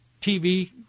TV